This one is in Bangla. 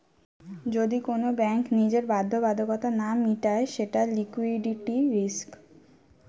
যদি কোন ব্যাঙ্ক নিজের বাধ্যবাধকতা না মিটায় সেটা লিকুইডিটি রিস্ক